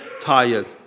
tired